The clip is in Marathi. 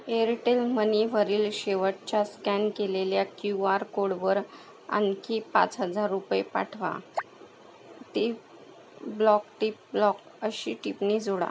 एअरटेल मनीवरील शेवटच्या स्कॅन केलेल्या क्यू आर कोडवर आणखी पाच हजार रुपये पाठवा टीक ब्लॉक टीक ब्लॉक अशी टिपणी जोडा